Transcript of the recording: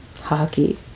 hockey